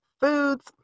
foods